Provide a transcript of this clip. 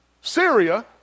Syria